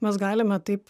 mes galime taip